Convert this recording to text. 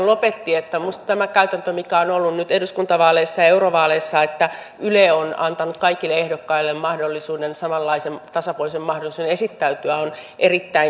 minusta tämä käytäntö mikä on ollut nyt eduskuntavaaleissa ja eurovaaleissa että yle on antanut kaikille ehdokkaille mahdollisuuden samanlaisen tasapuolisen mahdollisuuden esittäytyä on erittäin hyvä